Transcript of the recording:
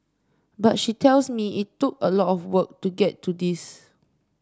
but she tells me it took a lot of work to get to this